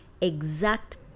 exact